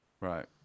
Right